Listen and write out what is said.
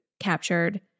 Captured